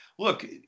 Look